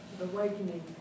awakening